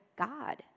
God